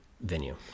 venue